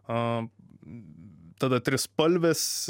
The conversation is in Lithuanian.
a tada trispalvės